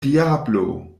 diablo